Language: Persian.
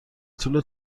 طول